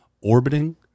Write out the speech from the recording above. orbiting